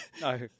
no